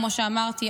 כמו שאמרתי,